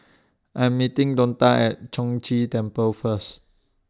I'm meeting Donta At Chong Ghee Temple First